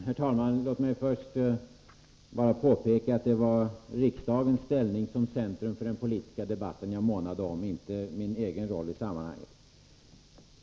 Herr talman! Låt mig först bara påpeka att det var riksdagens ställning som centrum för den politiska debatten jag månade om — inte min egen roll i sammanhanget.